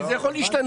וזה יכול להשתנות.